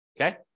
okay